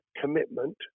commitment